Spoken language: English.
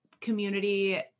community